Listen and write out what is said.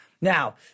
Now